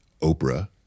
Oprah